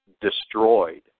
destroyed